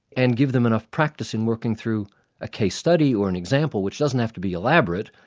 and give them enough practice in working through a case study or an example, which doesn't have to be elaborate,